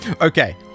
okay